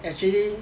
actually